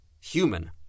Human